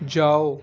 جاؤ